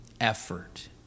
Effort